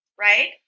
right